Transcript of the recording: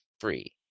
free